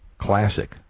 classic